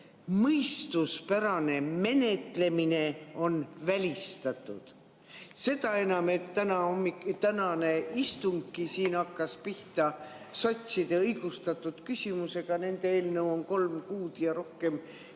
mõistuspärane menetlemine on välistatud? Seda enam, et tänane istungki siin hakkas pihta sotside õigustatud küsimusega, nende eelnõu on kolm kuud ja rohkem seisnud